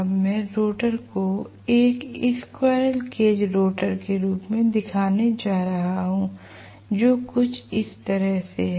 अब मैं रोटर को एक स्क्वीररेल केज रोटर के रूप में दिखाने जा रहा हूं जो कुछ इस तरह है